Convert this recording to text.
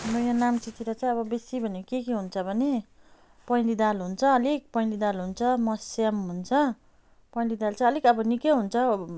हाम्रो यहाँ नाम्चीतिर चाहिँ अब बेसी भनेको के के हुन्छ भने पहेँली दाल हुन्छ अलिक पहेँली दाल हुन्छ मस्याङ हुन्छ पहेँली दाल चाहिँ अलिक अब निकै हुन्छ अब